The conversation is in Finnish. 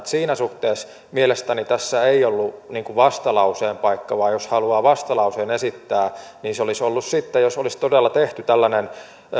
siinä suhteessa mielestäni tässä ei ollut vastalauseen paikka vaan jos haluaa vastalauseen esittää niin se olisi ollut sitten jos olisi todella tehty tällainen muutos